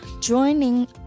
Joining